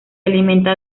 alimenta